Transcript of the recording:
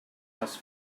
les